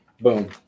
Boom